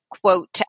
quote